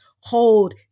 hold